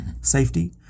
safety